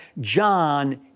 John